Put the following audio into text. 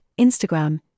Instagram